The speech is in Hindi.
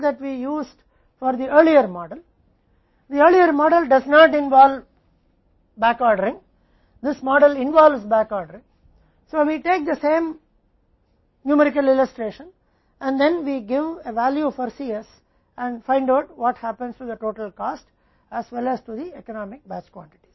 पहले वाला मॉडल में वापस ऑर्डर देना शामिल नहीं है इस मॉडल में बैकऑर्डरिंग शामिल है इसलिए हम एक ही संख्यात्मक चित्रण लेते हैं और फिर हम C s के लिए एक मान देते हैं और पता करते हैं कि कुल लागत के साथ साथ क्या होता है